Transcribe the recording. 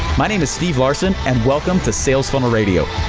my name is steve larsen, and welcome to sales